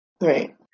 Right